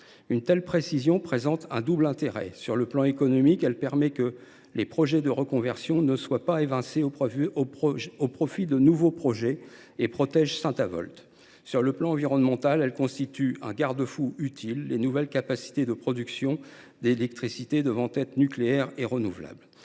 Une telle précision présente un double intérêt : sur le plan économique, elle évite que les projets de reconversion soient évincés au profit de nouveaux projets et protège Saint Avold ; sur le plan environnemental, elle constitue un garde fou utile, les nouvelles capacités de production d’électricité devant être nucléaires et renouvelables.